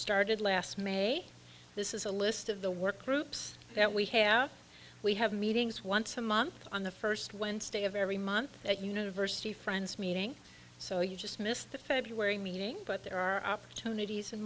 started last may this is a list of the work groups that we have we have meetings once a month on the first wednesday of every month that university friends meeting so you just missed the february meeting but there are opportunities